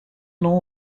nom